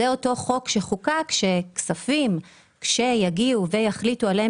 אותו חוק שחוקק מדבר על כך שכספים שיגיעו ויחליטו עליהם